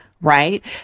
right